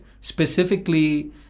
specifically